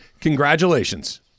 congratulations